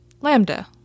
Lambda